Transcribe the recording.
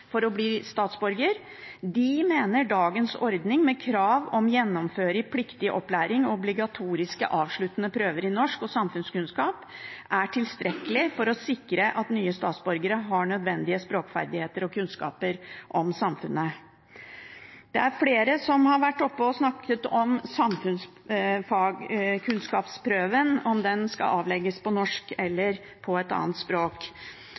for å bli statsborger. De mener dagens ordning med krav om å gjennomføre pliktig opplæring og obligatoriske avsluttende prøver i norsk og samfunnskunnskap er tilstrekkelig for å sikre at nye statsborgere har nødvendige språkferdigheter og kunnskaper om samfunnet. Det er flere som har vært oppe og snakket om kunnskapsprøven i samfunnsfag – om den skal avlegges på norsk eller på et annet språk.